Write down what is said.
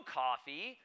coffee